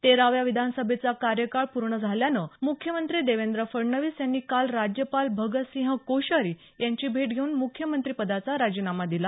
तेराव्या विधानसभेचा कार्यकाळ पूर्ण झाल्यानं मुख्यमंत्री देवेंद्र फडणवीस यांनी काल राज्यपाल भगतसिंह कोश्यारी यांची भेट घेऊन मुख्यमंत्रिपदाचा राजिनामा दिला